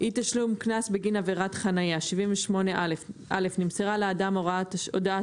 "אי תשלום קנס בגין עבירת חניה 78א. נמסרה לאדם הודעת